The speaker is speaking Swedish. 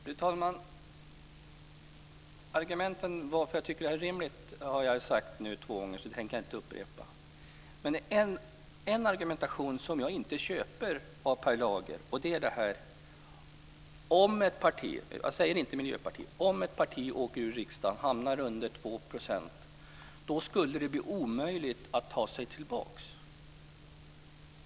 Fru talman! Jag har redogjort för mina argument för varför jag tycker att detta är rimligt två gånger, så dem tänker jag inte upprepa. Men det är ett argument som jag inte köper av Per Lager, och det är detta med att om ett parti - jag avser inte Miljöpartiet - åker ur riksdagen och hamnar under 2 % skulle det bli omöjligt att ta sig tillbaka.